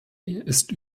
ist